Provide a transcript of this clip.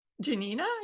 janina